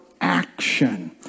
action